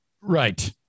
Right